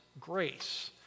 grace